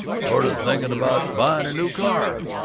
sort o' thinking about buyin, a new car.